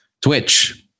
Twitch